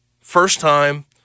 first-time